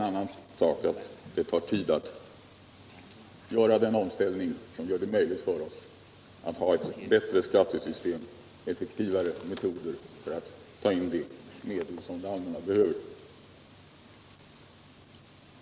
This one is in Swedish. Men det tar tid att göra den omställning som behövs för att vi skall kunna få ett bättre skattesystem och effektivare metoder att ta in de medel som det allmänna behöver.